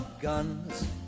guns